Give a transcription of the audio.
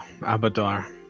Abadar